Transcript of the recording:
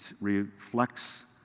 reflects